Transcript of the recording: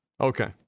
okay